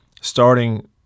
starting